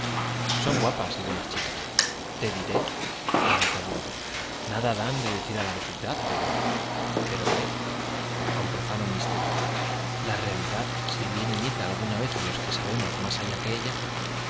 son guapas y buenas chicas te diré meditabundo nada dan que decir á la vecindad pero pero qué con profundo misterio la realidad si bien imita alguna vez á los que sabemos más que ella